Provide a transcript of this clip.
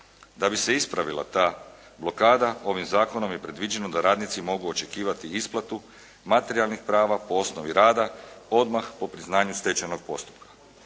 Da bi se ispravila ta blokada ovim zakonom je predviđeno da radnici mogu očekivati isplatu materijalnih prava po osnovi rada odmah po priznanju stečenog postupka.